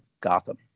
Gotham